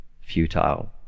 futile